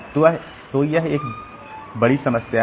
तो यह एक बड़ी समस्या है